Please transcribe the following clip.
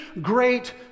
great